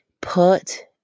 put